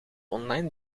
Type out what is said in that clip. online